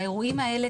האירועים האלה,